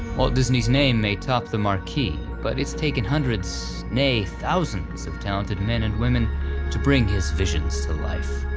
disney's name may top the marquee, but it's taken hundreds, nay, thousands of talented men and women to bring his visions to life.